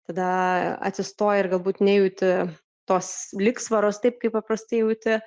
tada atsistoji ir galbūt nejauti tos lygsvaros taip kaip paprastai jauti